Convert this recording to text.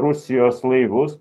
rusijos laivus